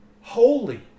holy